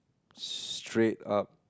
straight up